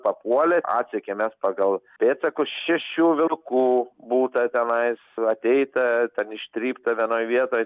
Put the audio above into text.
papuolė atsekėm mes pagal pėdsakus šešių vilkų būta tenais ateita ten ištrypta vienoj vietoj